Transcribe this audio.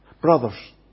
Brothers